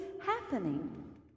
happening